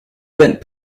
red